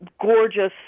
gorgeous